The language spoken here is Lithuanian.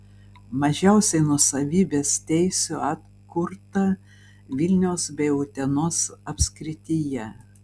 mažiausiai nuosavybės teisių atkurta vilniaus bei utenos apskrityje